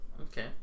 Okay